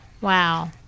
wow